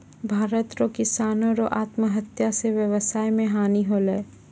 भारत रो किसानो रो आत्महत्या से वेवसाय मे हानी होलै